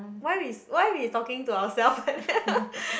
why we why we talking to ourself